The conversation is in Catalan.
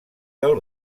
del